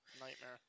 Nightmare